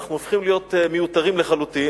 אנחנו הופכים להיות מיותרים לחלוטין.